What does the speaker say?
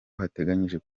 bateganya